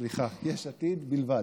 סליחה, יש עתיד בלבד,